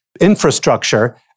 infrastructure